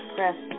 Press